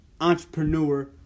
entrepreneur